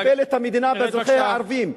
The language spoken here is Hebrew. כך מטפלת המדינה באזרחיה הערבים.